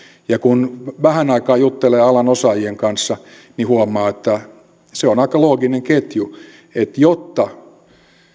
ja kun vähän aikaa juttelee alan osaajien kanssa niin huomaa että se on aika looginen ketju että jotta